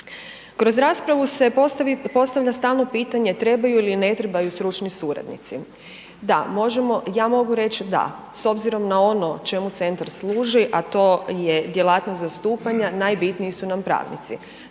Kroz raspravu se postavlja stalno pitanje trebaju li ili ne trebaju stručni suradnici. Da, možemo, ja mogu reći da, s obzirom na ono čemu centar služi, a to je djelatnost zastupanja, najbitniji su nam pravnici.